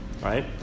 right